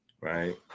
right